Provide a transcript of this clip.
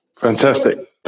Fantastic